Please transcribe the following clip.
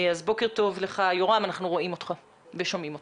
בוקר טוב לך יורם, אנחנו רואים אותך ושומעים אותך.